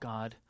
God